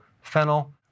fennel